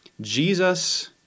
Jesus